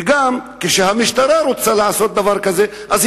וגם כשהמשטרה רוצה לעשות דבר כזה היא